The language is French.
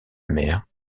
mère